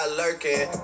lurking